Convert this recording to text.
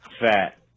Fat